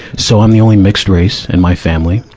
so i'm the only mixed-race in my family.